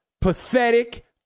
pathetic